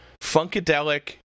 Funkadelic